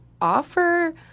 offer